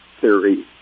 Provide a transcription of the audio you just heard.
theory